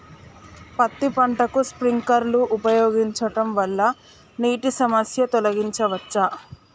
పత్తి పంటకు స్ప్రింక్లర్లు ఉపయోగించడం వల్ల నీటి సమస్యను తొలగించవచ్చా?